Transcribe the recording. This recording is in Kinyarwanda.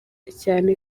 cyane